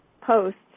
posts